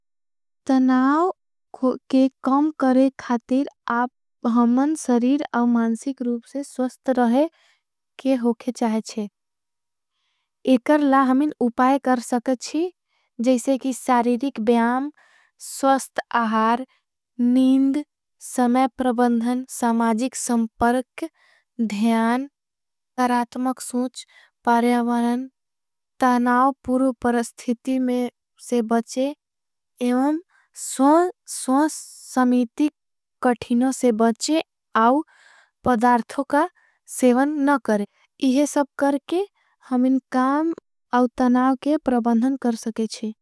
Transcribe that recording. तनाव के कम करे खातेर आप भमन सरीर और मानसिक। रूप से स्वस्थ रहे के होके चाहेचे एकरला हमें उपाय कर। सके ची जैसे कि सारीरिक बियाम, स्वस्थ आहार, नींद। समय प्रबंधन, समाजिक संपर्क, ध्यान, तरात्मक सूच। परेवरन तनाव पुरु परस्थिति में से बचे एवं स्वस्थ समीतिक। कठिनों से बचे आव पदार्थों का सेवन न करे इहे सब करके। हम इन काम और तनाव के प्रबंधन कर सके ची।